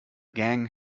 gang